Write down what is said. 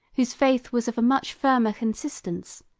whose faith was of a much firmer consistence,